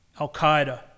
Al-Qaeda